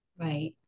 right